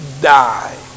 die